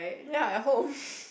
ya at home